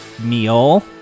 Meal